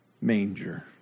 Manger